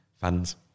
fans